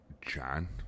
John